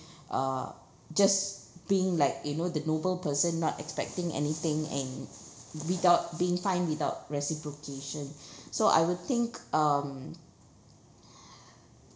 uh just being like you know the noble person not expecting anything and without being fine without reciprocation so I will think um